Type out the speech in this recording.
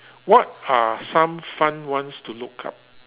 what are some fun ones to look up